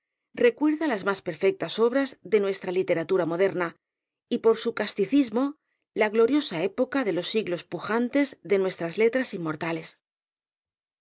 recuerda las más perfectas obras de nuestra literatura moderna y por su casticismo la gloriosa época de los siglos pujantes de nuestras letras inmortales